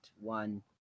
one